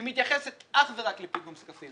היא מתייחסת אך ורק לפיגום זקפים.